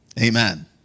Amen